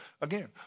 again